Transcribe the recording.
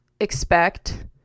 expect